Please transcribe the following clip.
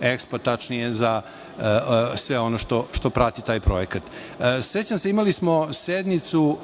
EKSPO-a, tačnije za sve ono što prati taj projekat.Sećam se imali smo sednicu,